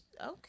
Okay